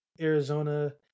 Arizona